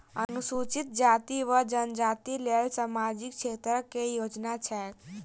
अनुसूचित जाति वा जनजाति लेल सामाजिक क्षेत्रक केँ योजना छैक?